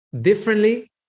differently